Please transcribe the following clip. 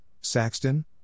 Saxton